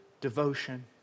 devotion